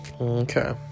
Okay